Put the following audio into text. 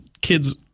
kids